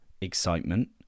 excitement